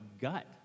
gut